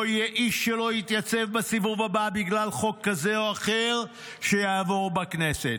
לא יהיה איש שלא יתייצב בסיבוב הבא בגלל חוק כזה או אחר שיעבור בכנסת.